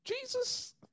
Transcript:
Jesus